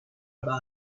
about